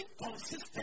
inconsistent